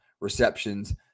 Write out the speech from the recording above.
receptions